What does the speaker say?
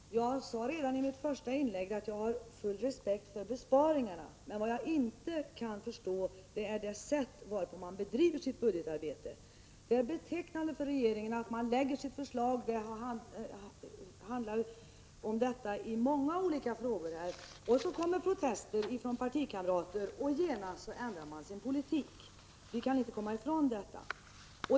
Herr talman! Jag sade redan i mitt första inlägg att jag har full respekt för besparingarna. Vad jag inte kan förstå är det sätt varpå budgetarbetet bedrivits. Det är betecknande för regeringen att man lägger fram sitt förslag, och när det sedan kommer protester från partikamrater ändrar man genast sin politik. Detta gäller många olika frågor. Vi kan inte komma ifrån detta.